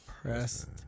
Pressed